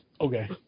okay